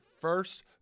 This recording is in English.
first